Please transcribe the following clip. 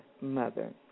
mother